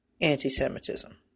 anti-Semitism